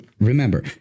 remember